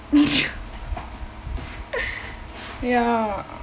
ya